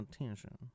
attention